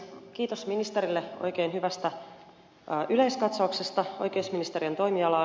kiitos ministerille oikein hyvästä yleiskatsauksesta oikeusministeriön toimialaan